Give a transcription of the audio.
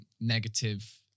negative